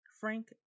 Frank